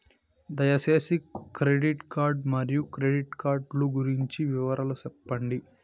దయసేసి credit card మరియు credit card లు గురించి వివరాలు సెప్పండి?